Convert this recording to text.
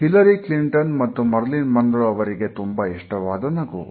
Hillary Clinton ಮತ್ತು Marilyn Monroe ಅವರಿಗೆ ತುಂಬಾ ಇಷ್ಟವಾದ ನಗು